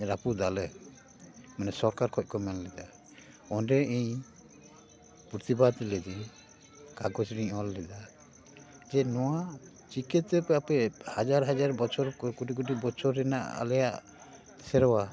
ᱨᱟᱹᱯᱩᱫᱟᱞᱮ ᱢᱟᱱᱮ ᱥᱚᱨᱠᱟᱨ ᱠᱷᱚᱱ ᱠᱚ ᱢᱮᱱ ᱞᱮᱫᱟ ᱚᱸᱰᱮ ᱤᱧ ᱯᱨᱚᱛᱤᱵᱟᱫᱽ ᱞᱤᱫᱟᱹᱧ ᱠᱟᱜᱚᱡᱽ ᱨᱤᱧ ᱚᱞ ᱞᱮᱫᱟ ᱡᱮ ᱱᱚᱣᱟ ᱪᱤᱠᱟᱹᱛᱮ ᱵᱟᱯᱮ ᱦᱟᱡᱟᱨ ᱦᱟᱡᱟᱨ ᱵᱚᱪᱷᱚᱨ ᱨᱮᱱᱟᱜ ᱠᱳᱴᱤ ᱠᱳᱴᱤ ᱵᱚᱪᱷᱚᱨ ᱨᱮᱱᱟᱜ ᱟᱞᱮᱭᱟᱜ ᱥᱮᱨᱣᱟ